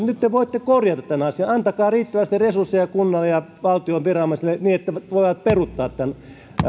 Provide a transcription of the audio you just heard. nyt te voitte korjata tämän asian antakaa riittävästi resursseja kunnan ja valtion viranomaisille niin että he voivat peruuttaa tämän